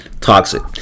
toxic